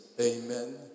amen